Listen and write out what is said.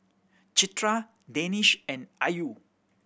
Citra Danish and Ayu